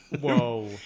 Whoa